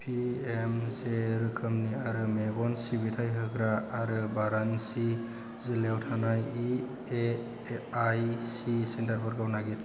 PMJ रोखोमनि आरो मेगन सिबिथाय होग्रा आरो वारानसि जिल्लायाव थानाय इएआइसि सेन्टारफोरखौ नागिर